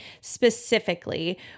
specifically